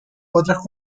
otras